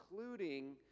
including